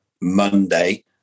Monday